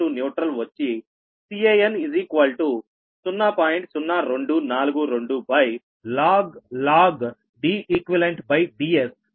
0242log DeqDs micro farad per kilometre